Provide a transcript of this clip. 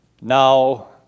Now